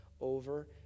over